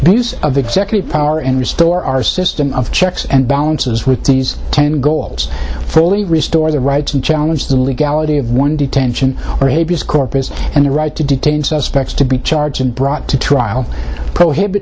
use of executive power and restore our system of checks and balances with these ten goals fully restore the rights and challenge the legality of one detention or a b s corpus and the right to detain suspects to be charged and brought to trial prohibit